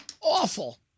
Awful